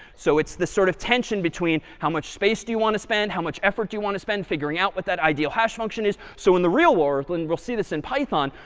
so it's this sort of tension between how much space do you want to spend? how much effort do you want to spend figuring out what that ideal hash function is? so in the real world, and we'll see this in python,